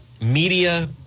media